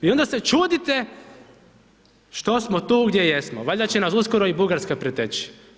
I onda se čudite što smo tu gdje jesmo, valjda će nas uskoro i Bugarska preteći.